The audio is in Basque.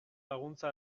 laguntza